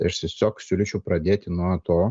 tai aš tiesiog siūlyčiau pradėti nuo to